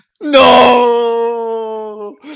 no